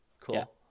Cool